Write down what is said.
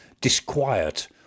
disquiet